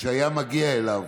כשהיה מגיע אליו